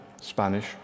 Spanish